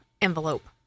envelope